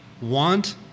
want